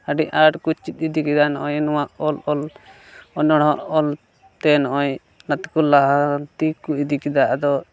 ᱟᱹᱰᱤ ᱟᱸᱴ ᱠᱚ ᱪᱮᱫ ᱤᱫᱤ ᱠᱮᱫᱟ ᱱᱚᱜᱼᱚᱸᱭ ᱱᱚᱣᱟ ᱚᱞ ᱚᱞ ᱚᱱᱚᱬᱦᱮ ᱚᱞᱛᱮ ᱱᱚᱜᱼᱚᱸᱭ ᱚᱱᱟᱛᱮᱠᱚ ᱞᱟᱦᱟ ᱛᱮᱠᱚ ᱤᱫᱤ ᱠᱮᱫᱟ ᱟᱫᱚ